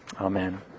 Amen